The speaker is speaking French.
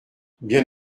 bien